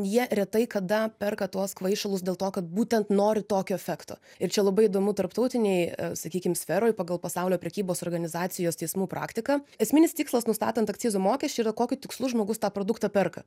jie retai kada perka tuos kvaišalus dėl to kad būtent nori tokio efekto ir čia labai įdomu tarptautinėj sakykim sferoj pagal pasaulio prekybos organizacijos teismų praktiką esminis tikslas nustatant akcizų mokesčiai yra kokiu tikslu žmogus tą produktą perka